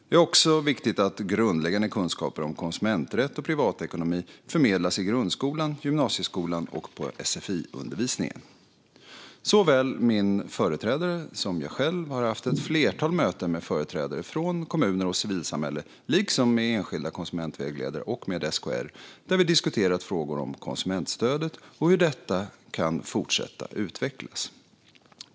Det är också viktigt att grundläggande kunskaper om konsumenträtt och privatekonomi förmedlas i grundskolan, gymnasieskolan och sfi-undervisningen. Såväl min företrädare som jag själv har haft ett flertal möten med företrädare från kommuner och civilsamhälle, liksom med enskilda konsumentvägledare och med SKR, där vi diskuterat frågor om konsumentstödet och hur detta kan fortsätta utvecklas.